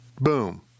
Boom